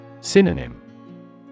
Synonym